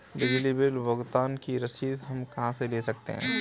बिजली बिल भुगतान की रसीद हम कहां से ले सकते हैं?